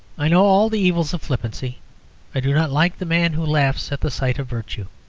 i know all the evils of flippancy i do not like the man who laughs at the sight of virtue.